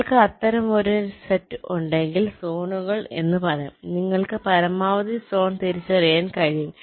നിങ്ങൾക്ക് അത്തരം ഒരു സെറ്റ് ഉണ്ടെങ്കിൽ സോണുകൾ എന്ന് പറയാം നിങ്ങൾക്ക് പരമാവധി സോൺ തിരിച്ചറിയാൻ കഴിയും